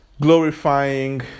glorifying